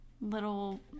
little